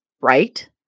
right